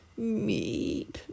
Meep